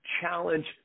challenge